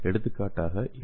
எடுத்துக்காட்டாக எல்